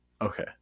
okay